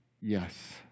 yes